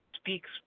speaks